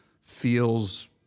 feels